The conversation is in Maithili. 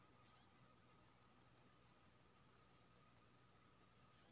शिक्षा ऋण के ई.एम.आई की आर केना छै समझाबू?